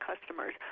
customers